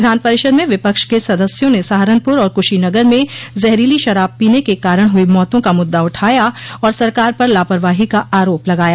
विधान परिषद में विपक्ष के सदस्यों ने सहारनपुर और कुशीनगर में जहरीली शराब पीने के कारण हुई मौतों का मुद्दा उठाया और सरकार पर लापरवाही का आरोप लगाया